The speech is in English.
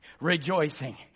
rejoicing